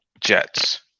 jets